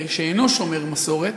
שאינו שומר מסורת,